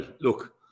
look